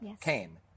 came